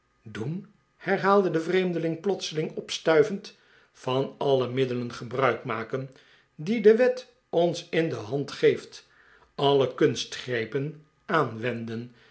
doen herhaalde de vreemdeling plotseling opstuivend van alle middelen gebruik maken die de wet ons in de hand geeft alle kunstgrepen aanwenden